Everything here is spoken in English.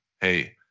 hey